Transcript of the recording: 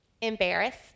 embarrassed